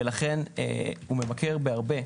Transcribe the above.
ולכן הוא ממכר בהרבה.